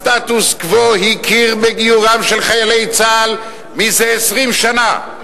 הסטטוס-קוו הכיר בגיורם של חיילי צה"ל זה 20 שנה.